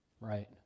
Right